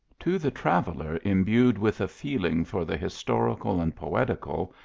to the traveller imbued with a feeling for the his torical and poetical,